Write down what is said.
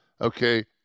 okay